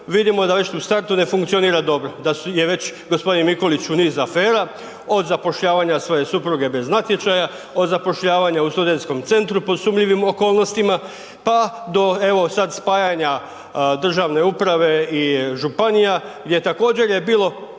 vidimo da već u startu ne funkcionira dobro, da je već gospodin Mikulić u nizu afera od zapošljavanja svoje supruge bez natječaja, od zapošljavanja u studentskom centru po sumnjivim okolnostima, pa do evo sada spajanja državne uprave i županija gdje je također bilo